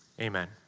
Amen